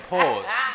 Pause